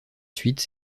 suite